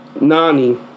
Nani